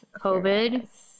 COVID